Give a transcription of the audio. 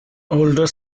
older